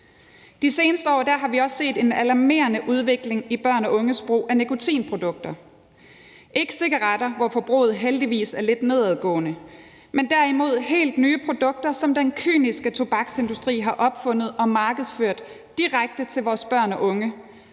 De seneste år har vi også set en alarmerende udvikling i børns og unges brug af nikotinprodukter – ikke cigaretter, hvor forbruget heldigvis er lidt nedadgående, men derimod helt nye produkter, som den kyniske tobaksindustri har opfundet og markedsført direkte til vores børn og unge